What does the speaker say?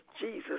Jesus